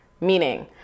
Meaning